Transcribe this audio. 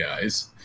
guys